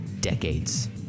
Decades